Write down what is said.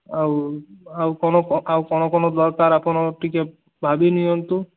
ଆଉ ଆଉ କ'ଣ ଆଉ କ'ଣ କ'ଣ ଦରକାର ଆପଣ ଟିକେ ଭାବି ନିଅନ୍ତୁ